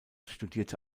studierte